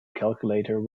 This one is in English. calculator